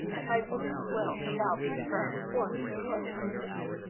and my woman's will shall confirm or destroy the suspicion.